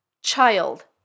child